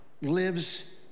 lives